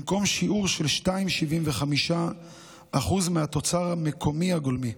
במקום שיעור של 2.75% מהתוצר המקומי הגולמי.